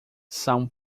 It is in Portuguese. são